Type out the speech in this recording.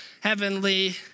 heavenly